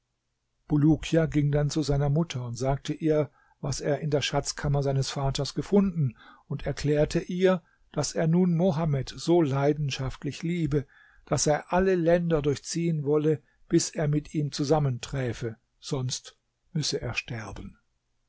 bulukia ging dann zu seiner mutter und sagte ihr was er in der schatzkammer seines vaters gefunden und erklärte ihr daß er nun mohammed so leidenschaftlich liebe daß er alle länder durchziehen wolle bis er mit ihm zusammenträfe sonst müsse er sterben